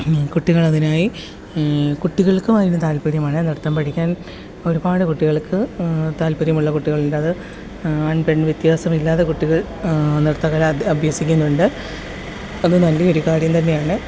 കുട്ടികൾ അതിനായി കുട്ടികൾക്കും അതിന് താൽപര്യമാണ് നൃത്തം പഠിക്കാൻ ഒരുപാട് കുട്ടികൾക്ക് താൽപര്യമുള്ള കുട്ടികളുണ്ട് അത് ആൺ പെൺ വ്യത്യാസമില്ലാതെ കുട്ടികൾ നൃത്തകല അഭ്യസിക്കുന്നുണ്ട് അത് നല്ല ഒരു കാര്യം തന്നെയാണ്